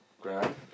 Grand